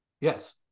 Yes